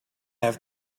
have